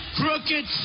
crooked